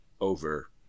over